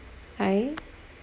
hi